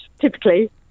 typically